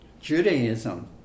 Judaism